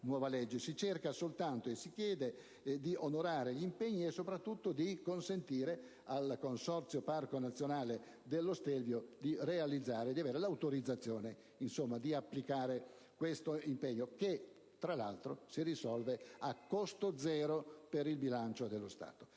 Si chiede soltanto di onorare gli impegni, e soprattutto di consentire al consorzio del Parco nazionale dello Stelvio di avere l'autorizzazione per applicare questo impegno che, tra l'altro, si risolve a costo zero per il bilancio dello Stato.